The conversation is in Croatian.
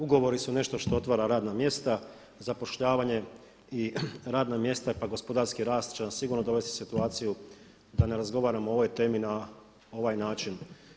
Ugovori su nešto što otvara radna mjesta, zapošljavanje i radna mjesta, pa i gospodarski rast će nas sigurno dovesti u situaciju da ne razgovaramo o ovoj temi na ovaj način.